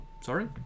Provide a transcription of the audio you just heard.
sorry